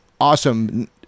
Awesome